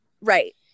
right